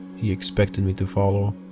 he expected me to follow.